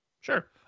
Sure